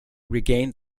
regained